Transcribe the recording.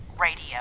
radio